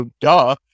duh